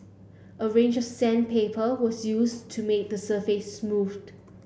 a range of sandpaper was used to make the surface